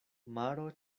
maro